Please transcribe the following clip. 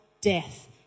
death